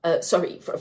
sorry